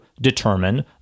determine